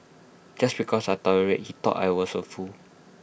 just because I tolerated he thought I was A fool